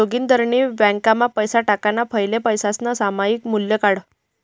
जोगिंदरनी ब्यांकमा पैसा टाकाणा फैले पैसासनं सामायिक मूल्य काढं